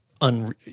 un